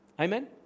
Amen